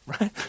Right